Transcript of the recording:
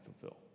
fulfill